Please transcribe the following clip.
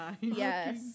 Yes